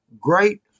great